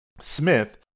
Smith